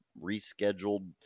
rescheduled